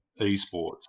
eSports